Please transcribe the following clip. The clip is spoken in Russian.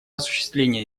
осуществления